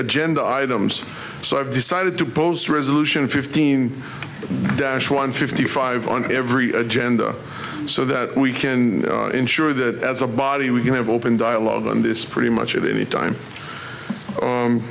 agenda items so i've decided to pose resolution fifteen dash one fifty five on every agenda so that we can ensure that as a body we can have open dialogue on this pretty much at any time